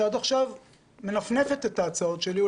שעד עכשיו מנפנפת את ההצעות שלי,